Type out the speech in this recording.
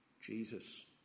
Jesus